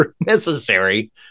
necessary